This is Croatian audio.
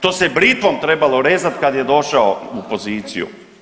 To se britvom trebalo rezat kad je došao u poziciju.